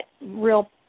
real